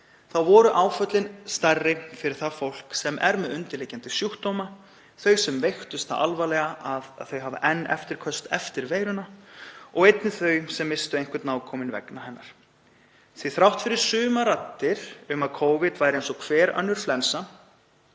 voru áföllin stærri fyrir það fólk sem er með undirliggjandi sjúkdóma, þau sem veiktust það alvarlega að þau hafa enn eftirköst eftir veiruna og einnig þau sem misstu einhvern nákominn vegna hennar. Þrátt fyrir sumar raddir um að Covid væri eins og hver önnur flensa